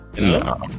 No